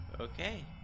Okay